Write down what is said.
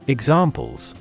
Examples